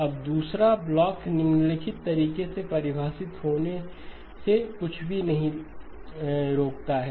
अब दूसरा ब्लॉक निम्नलिखित तरीके से परिभाषित होने से कुछ भी नहीं रोकता है